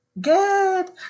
Good